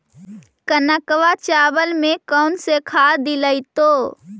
कनकवा चावल में कौन से खाद दिलाइतै?